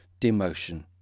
demotion